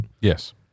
Yes